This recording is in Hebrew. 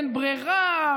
אין ברירה,